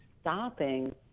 stopping